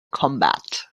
combat